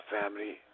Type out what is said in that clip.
family